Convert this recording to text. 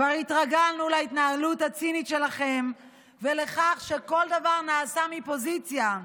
כבר התרגלנו להתנהלות הצינית שלכם ולכך שכל דבר נעשה מפוזיציה,